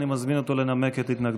ואני מזמין אותו לנמק את התנגדותו.